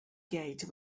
gate